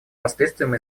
последствиям